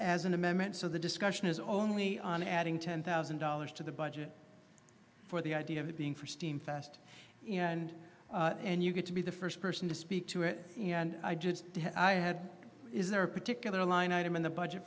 as an amendment so the discussion is only on adding ten thousand dollars to the budget for the idea of it being for steam fast and and you get to be the first person to speak to it and i did i had is there a particular line item in the budget